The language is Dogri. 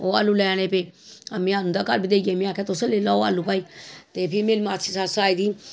ओह् आलू लैने पे में उं'दे घर देई आई में आखेआ तुस लेई लैओ आलू भाई ते फ्ही मेरी मासी सस आई दी ही